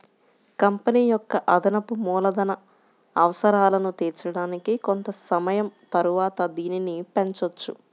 company యొక్క అదనపు మూలధన అవసరాలను తీర్చడానికి కొంత సమయం తరువాత దీనిని పెంచొచ్చు